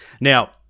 now